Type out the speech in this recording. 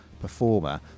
performer